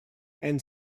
and